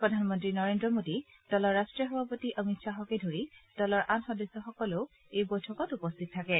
প্ৰধানমন্ত্ৰী নৰেদ্ৰ মোডী দলৰ ৰাষ্টীয় সভাপতি অমিত খাহকে ধৰি দলৰ আন সদস্য সকলেও এই বৈঠকত উপস্থিত থাকে